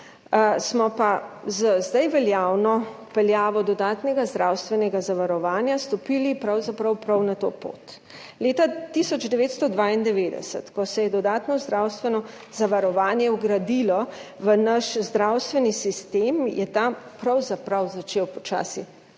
smo pa z zdaj veljavno vpeljavo dodatnega zdravstvenega zavarovanja stopili pravzaprav prav na to pot. Leta 1992, ko se je dodatno zdravstveno zavarovanje vgradilo v naš zdravstveni sistem, je ta pravzaprav počasi